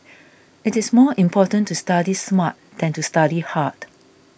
it is more important to study smart than to study hard